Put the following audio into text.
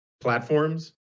platforms